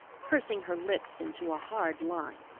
pursing her lips into a hard line.